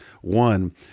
One